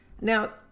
Now